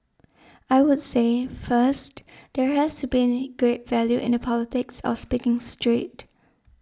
I would say first there has to be great value in the politics of speaking straight